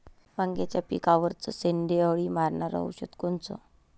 वांग्याच्या पिकावरचं शेंडे अळी मारनारं औषध कोनचं?